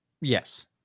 Yes